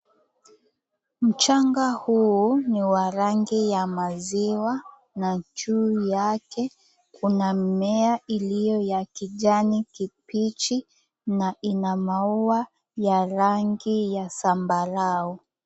Mchanga huu ni wa rangi ya maziwa na juu yake kuna mimea iliyo ya kijani kibichi na ina maua ya rangi ya zambarau.